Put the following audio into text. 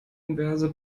inverse